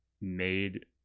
Made